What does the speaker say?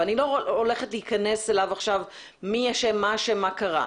ואני לא הולכת להיכנס אליו עכשיו ולומר מי אשם ומה קרה,